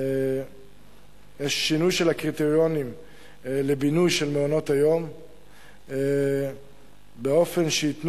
יש שינוי של הקריטריונים לבינוי של מעונות-היום באופן שייתנו